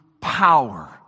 power